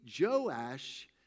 Joash